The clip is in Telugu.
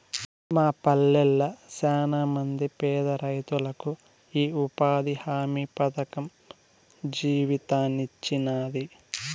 మా పల్లెళ్ళ శానమంది పేదరైతులకు ఈ ఉపాధి హామీ పథకం జీవితాన్నిచ్చినాది